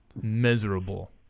Miserable